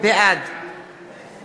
בעד